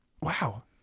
wow